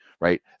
Right